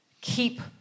Keep